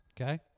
okay